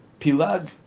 Pilag